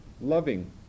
loving